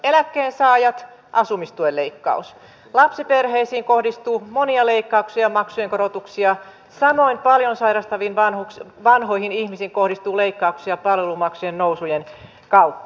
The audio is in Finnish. eläkkeensaajien asumistuen leikkaus lapsiperheisiin kohdistuu monia leikkauksia ja maksujen korotuksia samoin paljon sairastaviin vanhoihin ihmisiin kohdistuu leikkauksia palvelumaksujen nousujen kautta